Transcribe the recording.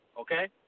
okay